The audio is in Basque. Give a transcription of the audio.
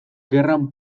gerran